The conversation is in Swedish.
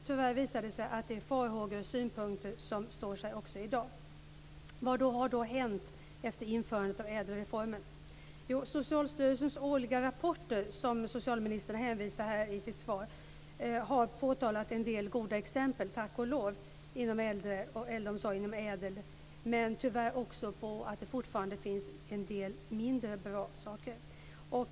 Tyvärr visar det sig att det är farhågor och synpunkter som står sig också i dag. Vad har då hänt efter införandet av ädelreformen? Jo, i Socialstyrelsens årliga rapporter, som socialministern hänvisade till i sitt svar, har tack och lov påtalats en del goda exempel inom äldreomsorgen, men tyvärr också att det finns en del mindre bra saker.